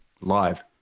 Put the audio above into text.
live